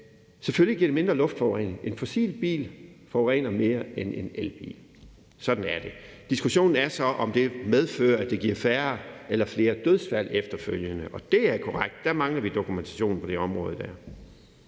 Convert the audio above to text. Selvfølgelig giver det mindre luftforurening. En fossilbil forurener mere end en elbil; sådan er det. Diskussionen er så, om det medfører, at det giver færre eller flere dødsfald efterfølgende, og det er korrekt, at der mangler vi dokumentation på det område.